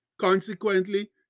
Consequently